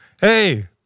hey